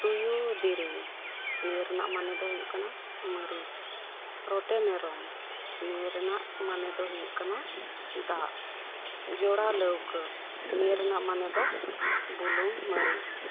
ᱛᱩᱭᱩ ᱫᱮᱨᱮᱧ ᱱᱤᱭᱟᱹ ᱨᱮᱱᱟᱜ ᱢᱟᱱᱮ ᱫᱚ ᱦᱩᱭᱩᱜ ᱠᱟᱱᱟ ᱢᱟᱹᱨᱤᱪ ᱨᱚᱴᱮ ᱢᱟᱲᱚᱢ ᱱᱤᱭᱟᱹᱨᱮᱱᱟᱜ ᱢᱟᱱᱮ ᱫᱚ ᱦᱩᱭᱩᱜ ᱠᱟᱱᱟ ᱫᱟᱜ ᱡᱚᱲᱟ ᱞᱟᱹᱣᱠᱟᱹ ᱱᱤᱭᱟᱹ ᱨᱮᱱᱟᱜ ᱢᱟᱱᱮ ᱫᱚ ᱦᱩᱭᱩᱜ ᱠᱟᱱᱟ ᱵᱩᱞᱩᱝ ᱢᱟᱹᱨᱤᱪ